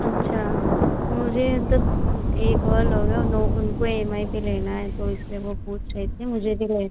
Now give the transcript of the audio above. अच्छा मुझे तब एक और लोग हैं उनो उनको एम आई पर लेना है तो इसलिए वो पूछ रही थी मुझे भी ले